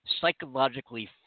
psychologically